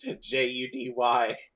J-U-D-Y